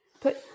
put